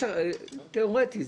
תיאורטי,